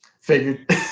Figured